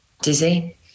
dizzy